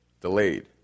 delayed